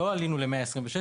שלא עלינו ל-126,